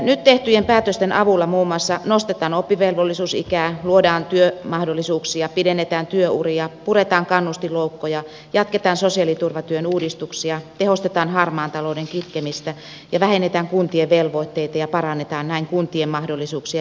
nyt tehtyjen päätösten avulla muun muassa nostetaan oppivelvollisuusikää luodaan työmahdollisuuksia pidennetään työuria puretaan kannustinloukkuja jatketaan sosiaaliturvatyön uudistuksia tehostetaan harmaan talouden kitkemistä ja vähennetään kuntien velvoitteita ja parannetaan näin kuntien mahdollisuuksia järjestää palveluita